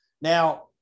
now